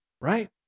right